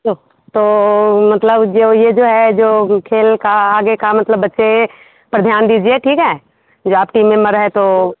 ओह तो मतलब जो यह जो है जो खेल का आगे का मतलब बच्चे पर ध्यान दीजिए ठीक है जो आप टीम मेंबर है तो